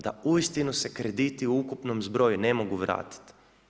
Da uistinu se krediti ukupnom zbroju ne mogu vratiti.